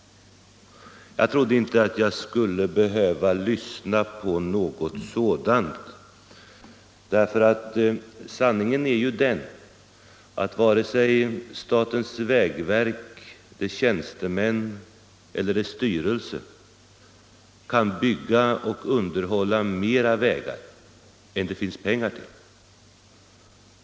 Jag trodde inte jag skulle behöva lyssna på något sådant. Sanningen är att varken statens vägverk, dess tjänstemän eller dess styrelse kan bygga och underhålla mera vägar än det finns pengar till.